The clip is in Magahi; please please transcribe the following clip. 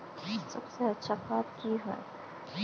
सबसे अच्छा खाद की होय?